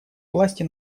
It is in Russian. власти